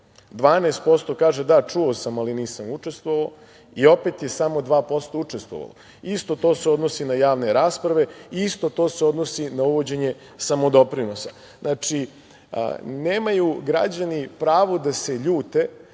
12% kaže – da čuo sam, ali nisam učestvovao, i opet je samo 2% učestvovalo. Isto to se odnosi i na javne rasprave i isto to se odnosi i na uvođenje samodoprinosa. Znači, nemaju građani pravo da se ljute